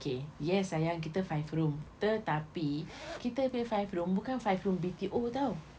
okay yes sayang kita five room tetapi kita five room bukan five room B_T_O [tau]